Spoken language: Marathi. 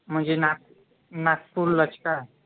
म्हणजे नाग नागपूरलाच का